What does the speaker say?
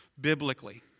biblically